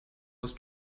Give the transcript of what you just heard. aus